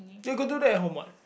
you could do that at home what